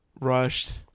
rushed